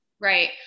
right